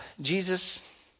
Jesus